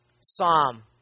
psalm